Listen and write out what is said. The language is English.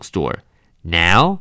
Now